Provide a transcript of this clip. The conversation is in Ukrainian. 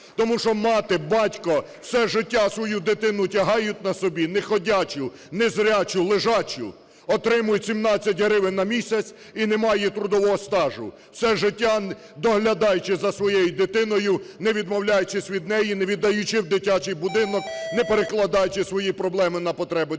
Тому що мати, батько все життя свою дитину тягають на собі, неходячу, незрячу, лежачу, отримують 17 гривень на місяць і немає трудового стажу, все життя доглядаючи за своєю дитиною, не відмовляючись від неї, не віддаючи в дитячий будинок, не перекладаючи свої проблеми на потреби держави.